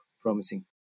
promising